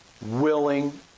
willing